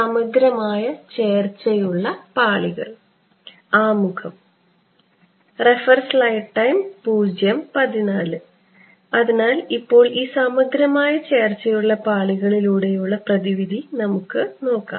സമഗ്രമായ ചേർച്ചയുള്ള പാളികൾ ആമുഖം അതിനാൽ ഇപ്പോൾ ഈ സമഗ്രമായ ചേർച്ചയുള്ള പാളികളിലൂടെയുള്ള പ്രതിവിധി നമുക്ക് നോക്കാം